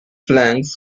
flanks